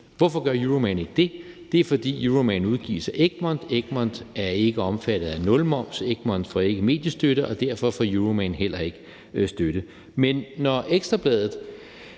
Hvorfor gør Euroman ikke det? Det er, fordi Euroman udgives af Egmont, og Egmont er ikke omfattet af nulmomsordningen, Egmont får ikke mediestøtte, og derfor får Euroman heller ikke støtte. Men når Ekstra Bladet